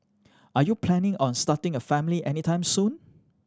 are you planning on starting a family anytime soon